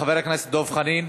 חבר הכנסת דב חנין.